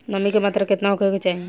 नमी के मात्रा केतना होखे के चाही?